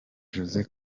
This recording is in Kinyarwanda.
jose